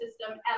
system